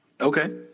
Okay